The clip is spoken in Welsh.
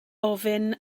ofyn